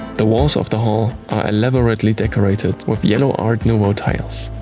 the walls of the hall are elaborately decorated with yellow art nouveau tiles.